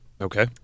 Okay